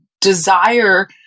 desire